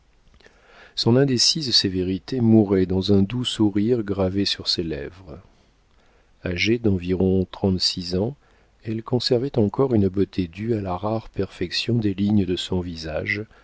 son indécise sévérité mourait dans un doux sourire gravé sur ses lèvres agée d'environ trente-six ans elle conservait encore une beauté due à la rare perfection des lignes de son visage